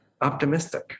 optimistic